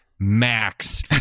max